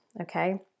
okay